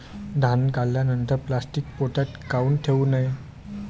धान्य काढल्यानंतर प्लॅस्टीक पोत्यात काऊन ठेवू नये?